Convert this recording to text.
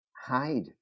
hide